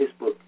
Facebook